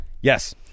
Yes